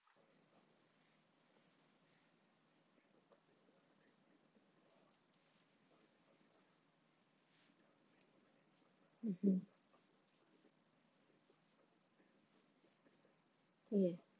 mmhmm ya